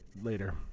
later